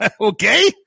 Okay